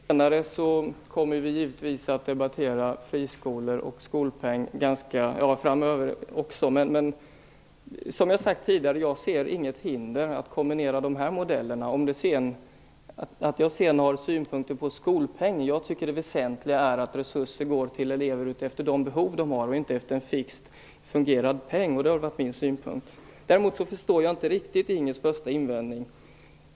Fru talman! När det gäller det senare kommer vi givetvis att debattera friskolor och skolpeng framöver också. Men som jag har sagt tidigare ser jag inget hinder att kombinera dessa modeller. Att jag sedan har synpunkter på skolpengen är en annan sak. Jag tycker att det väsentliga är att resurser går till elever utifrån deras behov och inte utifrån en viss bestämd peng. Det har varit min synpunkt. Däremot förstår jag inte riktigt Inger Davidsons första invändning.